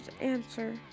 answer